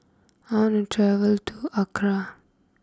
I want to travel to Accra